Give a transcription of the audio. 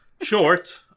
short